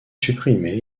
supprimée